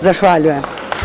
Zahvaljujem.